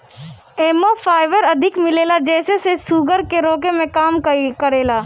एमे फाइबर अधिका मिलेला जेसे इ शुगर के रोके में काम करेला